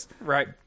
Right